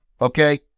Okay